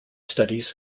studies